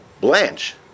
Blanche